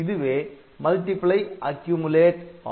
இதுவே multiply accumulate ஆகும்